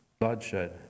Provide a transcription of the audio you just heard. bloodshed